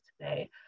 today